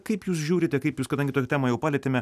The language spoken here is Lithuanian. kaip jūs žiūrite kaip jūs kadangi tokią temą jau palietėme